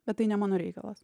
bet tai ne mano reikalas